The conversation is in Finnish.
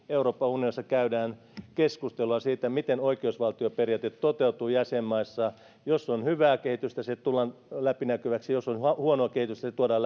euroopan unionissa käydään jatkuvasti keskustelua siitä miten oikeusvaltioperiaate toteutuu jäsenmaissa jos on hyvää kehitystä se tulee läpinäkyväksi jos on huonoa kehitystä se tuodaan